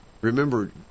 remember